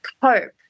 cope